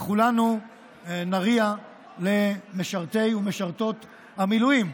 וכולנו נריע למשרתי ומשרתות המילואים.